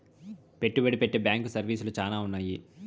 పెట్టుబడి పెట్టే బ్యాంకు సర్వీసులు శ్యానా ఉన్నాయి